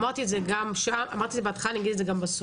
אמרתי את זה בהתחלה ואגיד את זה גם בסוף.